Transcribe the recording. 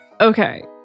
Okay